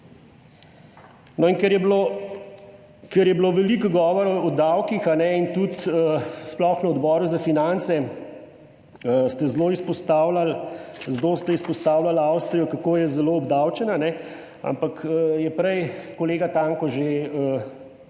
ker je bilo veliko govora o davkih in tudi sploh na Odboru za finance ste zelo izpostavljali Avstrijo, kako je zelo obdavčena, ampak je prej kolega Tanko že malo